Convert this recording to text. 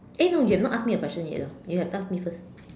eh no you've not asked me a question yet hor you have to ask me first